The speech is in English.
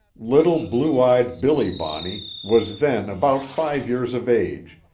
little, blue-eyed, billy bonney, was then about five years of age,